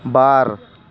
ᱵᱟᱨ